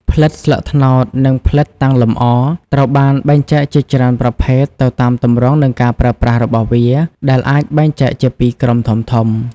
ផ្លិតស្លឹកត្នោត និងផ្លិតតាំងលម្អ ត្រូវបានបែងចែកជាច្រើនប្រភេទទៅតាមទម្រង់និងការប្រើប្រាស់របស់វា ដែលអាចបែងចែកជាពីរក្រុមធំៗ។